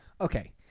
Okay